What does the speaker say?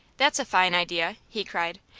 that's a fine idea! he cried.